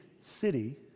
city